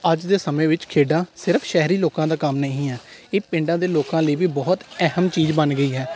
ਅੱਜ ਦੇ ਸਮੇਂ ਵਿੱਚ ਖੇਡਾਂ ਸਿਰਫ਼ ਸ਼ਹਿਰੀ ਲੋਕਾਂ ਦਾ ਕੰਮ ਨਹੀਂ ਹੈ ਇਹ ਪਿੰਡਾਂ ਦੇ ਲੋਕਾਂ ਲਈ ਵੀ ਬਹੁਤ ਅਹਿਮ ਚੀਜ਼ ਬਣ ਗਈ ਹੈ